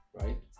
right